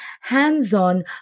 hands-on